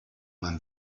man